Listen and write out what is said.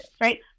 right